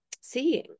seeing